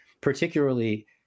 particularly